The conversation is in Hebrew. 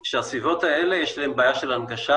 שהסביבות האלה יש להן בעיה של הנגשה